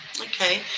Okay